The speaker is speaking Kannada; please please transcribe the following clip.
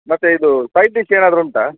ಮತ್ತೆ ಇದು ಸೈಡ್ ಡಿಶ್ ಏನಾದರೂ ಉಂಟಾ